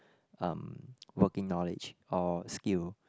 um working knowledge or skill